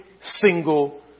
single